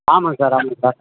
ஆமாம் சார் ஆமாம் சார்